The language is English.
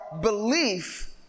belief